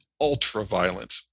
ultra-violent